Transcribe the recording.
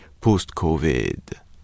post-Covid